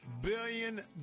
billion